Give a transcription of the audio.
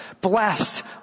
Blessed